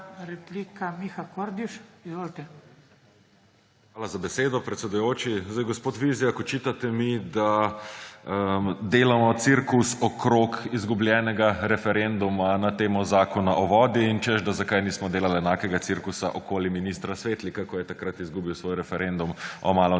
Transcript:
(PS Levica):** Hvala za besedo, predsedujoči. Gospod Vizjak, očitate mi, da delava cirkus okoli izgubljenega referenduma na temo Zakona o vodah in češ, zakaj nismo delali enakega cirkusa okoli ministra Svetlika, ko je takrat izgubil svoj referendum o malem